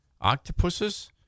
octopuses